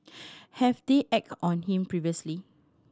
have they acted on him previously